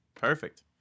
Perfect